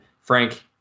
Frank